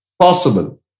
possible